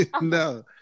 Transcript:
No